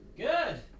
Good